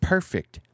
Perfect